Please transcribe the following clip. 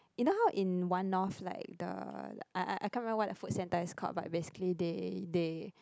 you know how in One-North like the I I I can't remember what the food center is called but basically they they